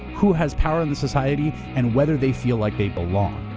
who has power in the society and whether they feel like they belong.